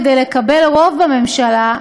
כדי לקבל רוב בממשלה,